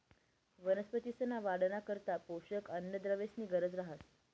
वनस्पतींसना वाढना करता पोषक अन्नद्रव्येसनी गरज रहास